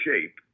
shape